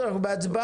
בהצבעה.